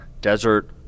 desert